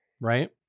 right